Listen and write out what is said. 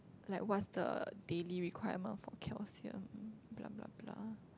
like what's the daily requirement for calcium